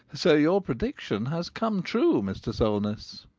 so your prediction has come true, mr. solness!